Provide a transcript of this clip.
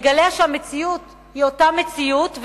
נגלה שהמציאות היא אותה מציאות,